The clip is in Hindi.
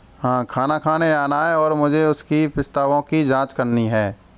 हाँ खाना खाने आना है और मुझे उसकी प्रस्तावों की जांच करनी है